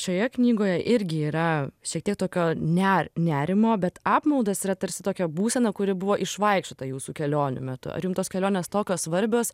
šioje knygoje irgi yra šiek tiek tokio ne nerimo bet apmaudas yra tarsi tokia būsena kuri buvo išvaikščiota jūsų kelionių metu ar jum tos kelionės tokios svarbios